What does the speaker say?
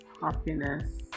happiness